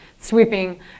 sweeping